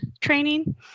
training